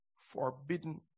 forbidden